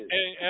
Hey